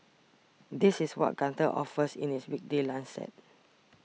this is what Gunther offers in its weekday lunch set